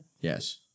Yes